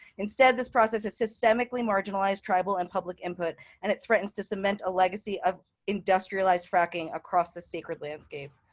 instead, this process has systemically marginalized tribal and public input, and it threatens to cement a legacy of industrialized fracking across this sacred landscape.